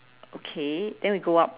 okay then we go up